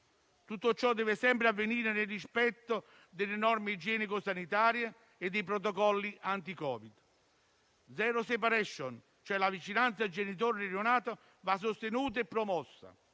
Tutto ciò deve sempre avvenire nel rispetto delle norme igienico-sanitarie e dei protocolli anti-Covid. *Zero separation*, cioè la vicinanza genitori-neonato, va sostenuta e promossa: